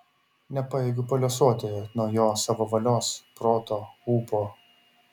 nepajėgiu paliuosuoti nuo jo savo valios proto ūpo